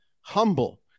humble